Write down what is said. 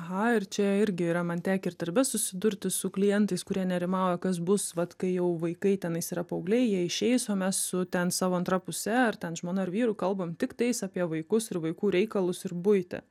aha ir čia irgi yra man tekę ir darbe susidurti su klientais kurie nerimauja kas bus vat kai jau vaikai tenais yra paaugliai jie išeis o mes su ten savo antra puse ar ten žmona ar vyru kalbam tiktais apie vaikus ir vaikų reikalus ir buitį